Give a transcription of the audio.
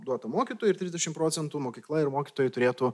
duota mokytojui ir trisdešim procentų mokykla ir mokytojai turėtų